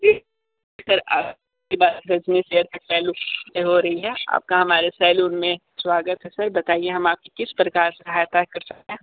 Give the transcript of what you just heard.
जी sir आपकी बात Rajneesh haircut salon में हो रही है आपका हमारे सलौन में स्वागत है सर बताइए हम आपकी किस प्रकार से सहायता कर सकते हैं